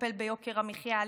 לטפל ביוקר המחיה,